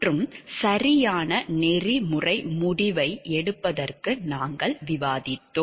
மற்றும் சரியான நெறிமுறை முடிவை எடுப்பதற்கு நாங்கள் விவாதித்தோம்